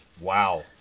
Wow